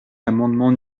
l’amendement